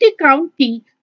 County